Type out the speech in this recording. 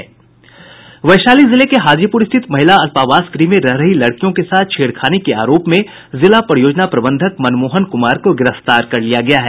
वैशाली जिले के हाजीप्र स्थित महिला अल्पावास गुह में रह रही लड़कियों के साथ छेड़खानी के आरोप में जिला परियोजना प्रबंधक मनमोहन कुमार को गिरफ्तार कर लिया गया है